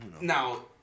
Now